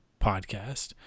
podcast